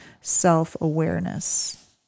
self-awareness